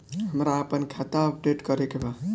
हमरा आपन खाता अपडेट करे के बा